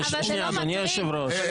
אדוני היושב ראש,